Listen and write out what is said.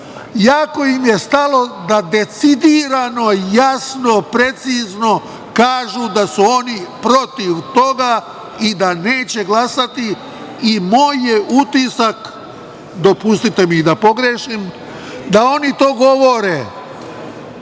i diskutuju da decidirano, jasno, precizno kažu da su oni protiv toga i da neće glasati. Moj je utisak, dopustite mi da pogrešim, da oni to govore